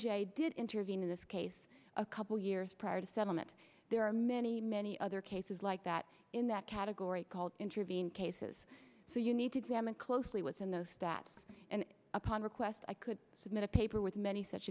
j did intervene in this case a couple years prior to settlement there are many many other cases like that in that category called intervene cases so you need to examine closely within those stats and upon request i could submit a paper with many such